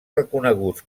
reconeguts